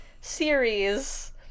series